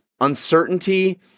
uncertainty